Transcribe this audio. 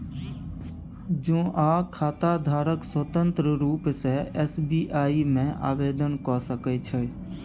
जौंआँ खाताधारक स्वतंत्र रुप सँ एस.बी.आइ मे आवेदन क सकै छै